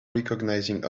recognizing